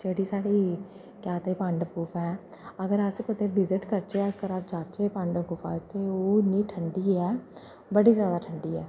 जेह्ड़ी साढ़ी केह् आक्खदे पांडव गुफा ऐ अगर अस कुदै विज़ट करचै जां कुतै जाचै ओह् उस पांडव गुफा च ओह् इन्नी ठंडी ऐ बड़ी ज्यादा ठंडी ऐ